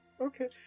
Okay